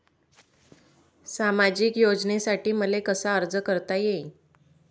सामाजिक योजनेसाठी मले कसा अर्ज करता येईन?